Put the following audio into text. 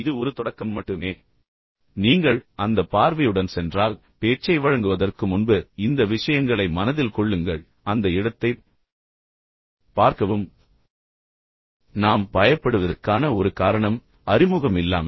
இது ஒரு தொடக்கம் மட்டுமே நீங்கள் அந்த பார்வையுடன் சென்றால் பேச்சை வழங்குவதற்கு முன்பு இந்த விஷயங்களை மனதில் கொள்ளுங்கள் அந்த இடத்தைப் பார்க்கவும் நாம் உண்மையில் பயப்படுவதற்கான ஒரு காரணம் அறிமுகமில்லாமை